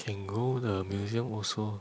can go the museum also